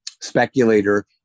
speculator